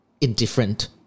indifferent